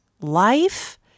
life